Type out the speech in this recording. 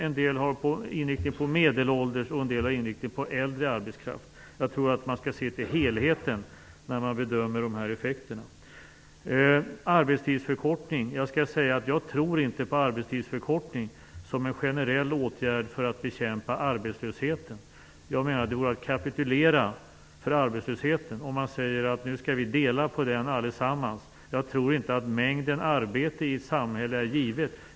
Andra är inriktade på medelålders och andra åter på äldre arbetskraft. Jag tror att man skall se till helheten när de här effekterna bedöms. Jag tror inte på arbetstidsförkortning som en generell åtgärd för att bekämpa arbetslösheten. Jag menar att det vore att kapitulera för arbetslösheten att säga att vi alla skall dela på den. Mängden arbete i ett samhälle är inte given, tror jag.